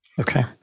Okay